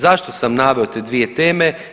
Zašto sam naveo te dvije teme?